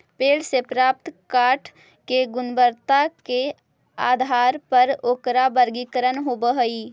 पेड़ से प्राप्त काष्ठ के गुणवत्ता के आधार पर ओकरा वर्गीकरण होवऽ हई